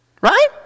Right